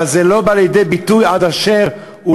אבל זה לא בא לידי ביטוי עד אשר הוא